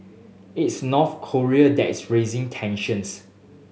it's North Korea that is raising tensions